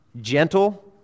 gentle